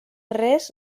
res